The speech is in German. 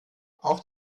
auch